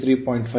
7 I1 43